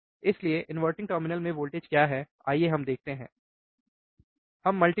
इसलिए inverting terminal में voltage क्या है आइए हम देखते हैं कि पर वोल्टेज क्या है